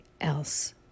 else